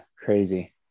crazy